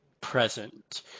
present